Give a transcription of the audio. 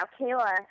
Kayla